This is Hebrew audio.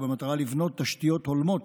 ובמטרה לבנות תשתיות הולמות